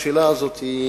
השאלה הזאת,